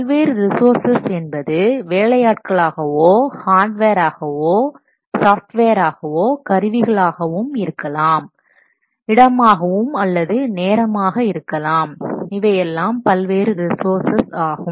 பல்வேறு ரிஸோர்ஸ் என்பது வேலையாட்களாகவோ ஹார்ட்வேராகவோ சாஃப்ட்வேராகவோ கருவிகளாகவும் இருக்கலாம் இடமாகவும் அல்லது நேரமாக இருக்கலாம் இவையெல்லாம் பல்வேறு ரிஸோர்ஸ் ஆகும்